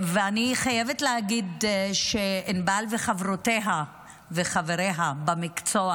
אני חייבת להגיד שענבל וחברותיה וחבריה למקצוע